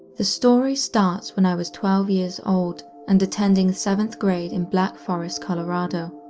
the story starts when i was twelve years old and attending seventh grade in black forest colorado.